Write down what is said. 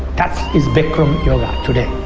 that is bikram yoga today.